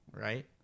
right